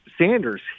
Sanders